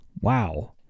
wow